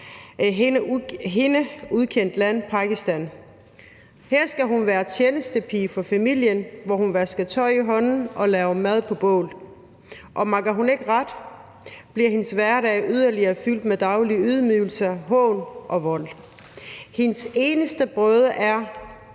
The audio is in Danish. hende ukendt land, nemlig Pakistan. Her skal hun være tjenestepige for familien. Hun vasker tøj i hånden og laver mad over et bål, og makker hun ikke ret, bliver hendes hverdag yderligere fyldt med daglige ydmygelser, hån og vold. Hendes eneste brøde er,